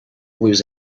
blues